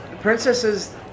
princesses